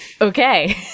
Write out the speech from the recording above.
okay